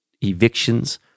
evictions